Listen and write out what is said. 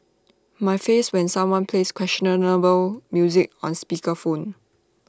my face when someone plays questionable music on speaker phone